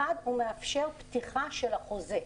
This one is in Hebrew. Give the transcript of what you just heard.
ראשית, הוא מאפשר פתיחה של החוזה.